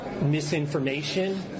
misinformation